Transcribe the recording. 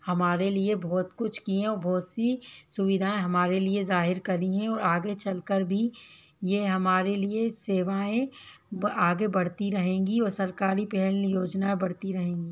हमारे लिए बहुत कुछ किए और बहुत सी सुविधाएं हमारे लिए ज़ाहिर करी हैं और आगे चलकर भी ये हमारे लिए सेवाएं आगे बढ़ती रहेगी और सरकारी पहल योजना बढ़ती रहेंगी